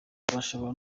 bashobora